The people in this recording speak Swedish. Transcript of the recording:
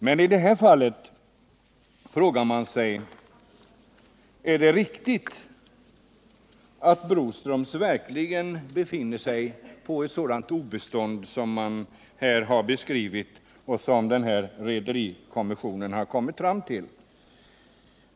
Men i det här fallet frågar man sig: Är det sant att Broströms befinner sig på sådant obestånd som man här har beskrivit och som också rederikommissionen kommit fram till?